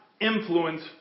influence